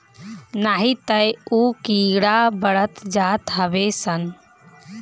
नाही तअ उ कीड़ा बढ़त जात हवे सन